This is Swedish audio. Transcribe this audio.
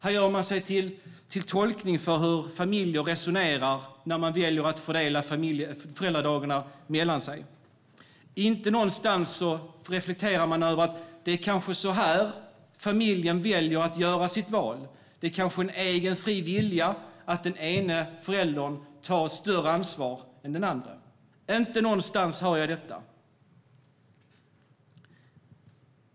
Här gör man sig till tolk för hur familjer resonerar när de väljer att fördela föräldradagarna mellan sig. Inte någonstans reflekterar man över att det kanske är så här familjen gör sitt val. Det är kanske av egen fri vilja som den ena föräldern tar ett större ansvar än den andra. Inte någonstans hör jag detta.